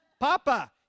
Papa